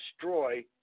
destroy